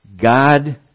God